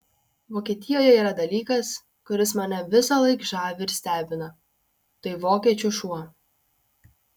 vokietijoje yra dalykas kuris mane visąlaik žavi ir stebina tai vokiečių šuo